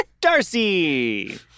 Darcy